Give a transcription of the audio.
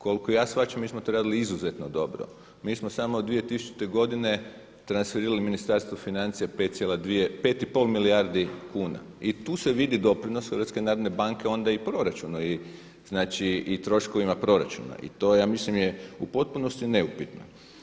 Koliko ja shvaćam mi smo to radili izuzetno dobro, mi smo od 2000. godine transferirali Ministarstvu financija 5,5 milijardi kuna i tu se vidi doprinos HNB i onda i proračunu i o troškovima proračuna i to ja mislim je u potpunosti neupitno.